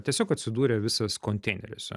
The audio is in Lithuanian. tiesiog atsidūrė visas konteineriuose